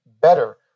better